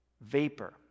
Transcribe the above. vapor